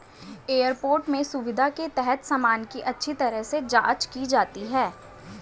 airport में सुरक्षा के तहत सामान की अच्छी तरह से जांच की जाती है